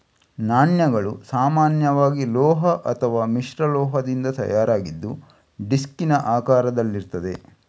ನಾಣ್ಯಗಳು ಸಾಮಾನ್ಯವಾಗಿ ಲೋಹ ಅಥವಾ ಮಿಶ್ರಲೋಹದಿಂದ ತಯಾರಾಗಿದ್ದು ಡಿಸ್ಕಿನ ಆಕಾರದಲ್ಲಿರ್ತದೆ